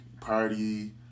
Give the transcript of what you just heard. party